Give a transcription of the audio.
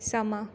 ਸਮਾਂ